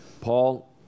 Paul